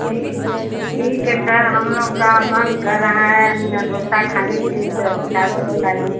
ठीक है ठीक है सर हम लोग का मन कर रहा है डोसा खाने के लिए तो चार्ज बताइए